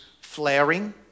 flaring